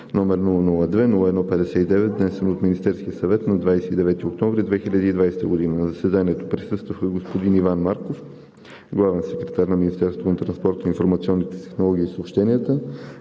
г., № 002-01-59, внесен от Министерския съвет на 29 октомври 2020 г. На заседанието присъстваха: господин Иван Марков – главен секретар на Министерството на транспорта, информационните технологии и съобщенията,